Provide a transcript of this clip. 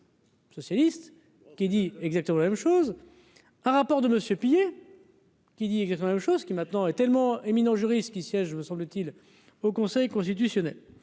der donc. Socialistes qui dit exactement la même chose, un rapport de monsieur. Qui dit quand même chose qui maintenant est tellement éminent juristes qui siège, me semble-t-il, au Conseil constitutionnel